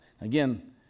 Again